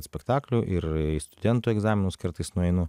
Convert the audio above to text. spektaklių ir į studentų egzaminus kartais nueinu